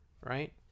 right